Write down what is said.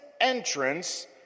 entrance